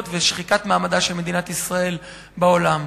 ושחיקת מעמדה של מדינת ישראל בעולם.